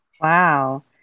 Wow